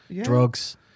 drugs